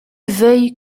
veuille